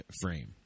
frame